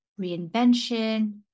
reinvention